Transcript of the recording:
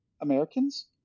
Americans